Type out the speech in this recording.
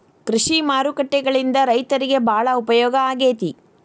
ಕೃಷಿ ಮಾರುಕಟ್ಟೆಗಳಿಂದ ರೈತರಿಗೆ ಬಾಳ ಉಪಯೋಗ ಆಗೆತಿ